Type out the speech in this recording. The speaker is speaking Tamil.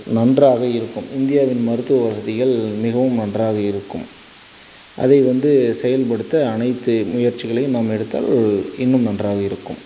நன்றாக இருக்கும் இந்தியாவின் மருத்துவ வசதிகள் மிகவும் நன்றாக இருக்கும் அதை வந்து செயல்படுத்த அனைத்து முயற்சிகளையும் நம் எடுத்தால் இன்னும் நன்றாக இருக்கும்